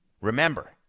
Remember